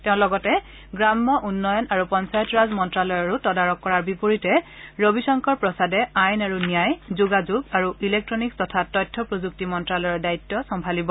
তেওঁ লগতে গ্ৰাম্য উন্নয়ন আৰু পঞ্চায়তৰাজ মন্ত্ৰালয়ৰো তদাৰক কৰাৰ বিপৰীতে ৰবিশংকৰ প্ৰসাদে আইন আৰু ন্যায় যোগাযোগ আৰু ইলেকট্টনকিছ তথা তথ্য প্ৰযুক্তি মন্ত্ৰালয়ৰ দায়িত্ব চন্তালিব